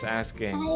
asking